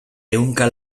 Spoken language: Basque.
ehunka